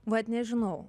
vat nežinau